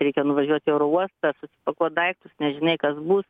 reikia nuvažiuot į oro uostą susipakuot daiktus nežinai kas bus